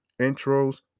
intros